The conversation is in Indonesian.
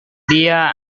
dia